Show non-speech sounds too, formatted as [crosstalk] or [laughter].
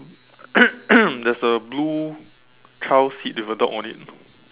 [coughs] there's a blue child seat with a dog on it